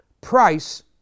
price